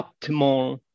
optimal